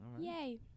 Yay